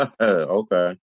Okay